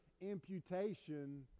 imputation